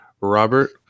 Robert